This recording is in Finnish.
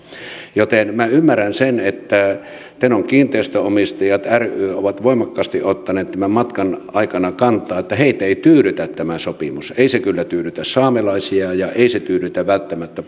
joten minä ymmärrän sen että tenon kiinteistönomistajat ry on voimakkaasti ottanut tämän matkan aikana kantaa että heitä ei tyydytä tämä sopimus ei se kyllä tyydytä saamelaisia ja ei se tyydytä välttämättä